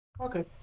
Okay